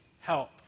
help